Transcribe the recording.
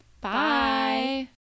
Bye